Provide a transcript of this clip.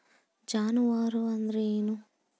ಜಾನುವಾರು ಅಂದ್ರೇನು?